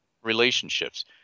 relationships